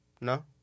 No